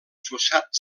fossat